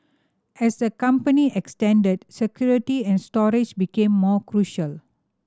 as the company security and storage became more crucial